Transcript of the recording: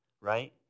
right